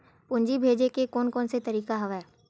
पूंजी भेजे के कोन कोन से तरीका हवय?